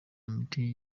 miti